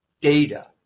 data